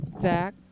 Zach